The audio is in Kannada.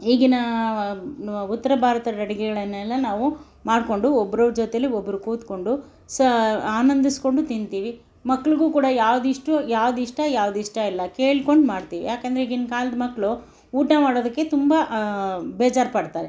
ಈಗಿನ ಉತ್ತರ ಭಾರತದಡುಗೆಗಳನ್ನೆಲ್ಲ ನಾವು ಮಾಡಿಕೊಂಡು ಒಬ್ಬರ ಜೊತೆಯಲ್ಲಿ ಒಬ್ಬರು ಕೂತ್ಕೊಂಡು ಸ ಆನಂದಿಸ್ಕೊಂಡು ತಿಂತೀವಿ ಮಕ್ಳಿಗೂ ಕೂಡ ಯಾವ್ದು ಇಷ್ಟ ಯಾವ್ದು ಇಷ್ಟ ಯಾವ್ದು ಇಷ್ಟ ಇಲ್ಲ ಕೇಳ್ಕೊಂಡು ಮಾಡ್ತೀವಿ ಏಕೆಂದ್ರೆ ಈಗಿನ ಕಾಲದ ಮಕ್ಕಳು ಊಟ ಮಾಡೋದಕ್ಕೆ ತುಂಬ ಬೇಜಾರು ಪಡ್ತಾರೆ